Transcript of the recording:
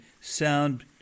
sound